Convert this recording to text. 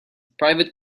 private